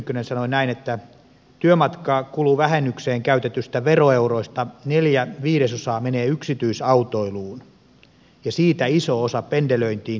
edustaja tynkkynen sanoi että työmatkakuluvähennykseen käytetyistä veroeuroista neljä viidesosaa menee yksityisautoiluun ja siitä iso osa pendelöintiin kehyskunnista keskuskaupunkeihin